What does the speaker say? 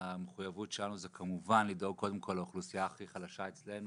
המחויבות שלנו היא כמובן לדאוג קודם כל לאוכלוסייה הכי חלשה אצלנו,